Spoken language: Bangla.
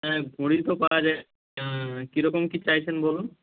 হ্যাঁ ঘড়ি তো পাওয়া যায় কীরকম কী চাইছেন বলুন